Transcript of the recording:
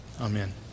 Amen